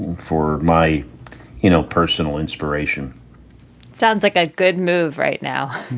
for my you know personal inspiration sounds like a good move right now.